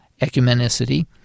ecumenicity